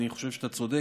אני חושב שאתה צודק,